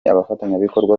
abafatanyabikorwa